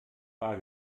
bar